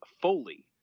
Foley